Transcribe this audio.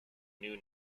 new